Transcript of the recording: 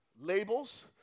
labels